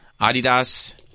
Adidas